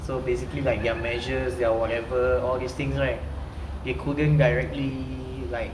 so basically like their measures there or whatever or these things right they couldn't directly like